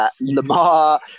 Lamar